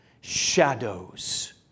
shadows